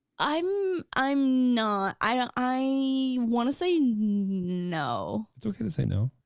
i'm i'm not, i wanna say no. it's okay to say no.